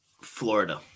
Florida